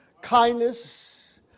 Kindness